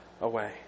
away